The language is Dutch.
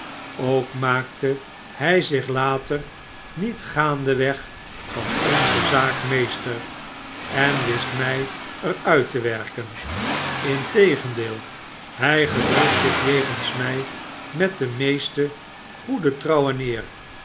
ook maakte hij zich later niet gaandeweg van onze zaak meester en wist mij er uitte werken integendeel hij gedroeg zich jegens mij met de meeste goede trouw